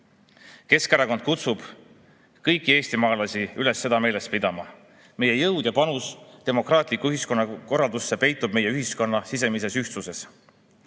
Eesti. Keskerakond kutsub kõiki eestimaalasi üles seda meeles pidama. Meie jõud ja panus demokraatlikku ühiskonnakorraldusse peitub meie ühiskonna sisemises ühtsuses.